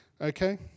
Okay